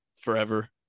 forever